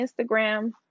instagram